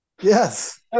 Yes